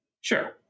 sure